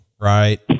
Right